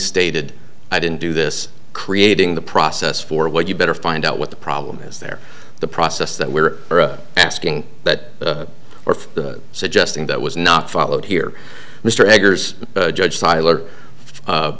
stated i didn't do this creating the process forward you better find out what the problem is there the process that we're asking that or suggesting that was not followed here mr eggers judge tyler